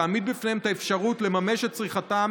תעמיד בפניהם את האפשרות לממש את צריכתם